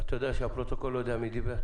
אתה יודע שהפרוטוקול לא יודע מי דיבר.